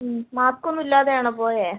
mask ഒന്നും ഇല്ലാതെയാണോ പോയത്